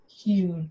huge